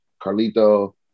Carlito